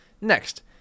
Next